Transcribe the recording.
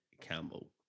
Campbell